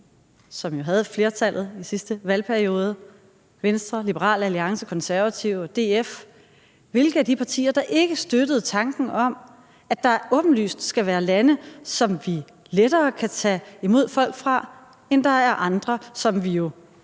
som havde flertallet i sidste valgperiode – Venstre, Liberal Alliance, Konservative og DF – der ikke støttede tanken om, at der åbenlyst skal være lande, hvorfra vi lettere kan tage imod folk, og at der er andre, som vi bør være mere